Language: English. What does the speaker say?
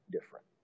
different